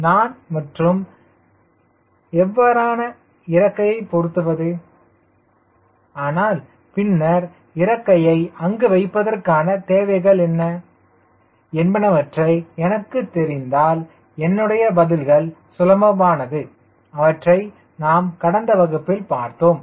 நான் மற்றும் எவ்வாறு இறக்கையை பொருத்துவது ஆனால் பின்னர் இறக்கையை அங்கு வைப்பதற்கான தேவைகள் என்ன என்பனவற்றை எனக்கு தெரிந்தால் என்னுடைய பதில்கள் சுலபமானது அவற்றை நாம் கடந்த வகுப்பில் பார்த்தோம்